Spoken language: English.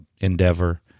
Endeavor